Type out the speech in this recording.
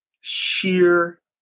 sheer